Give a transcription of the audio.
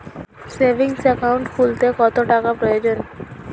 Savings account খুলতে কত টাকার প্রয়োজন?